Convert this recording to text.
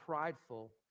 prideful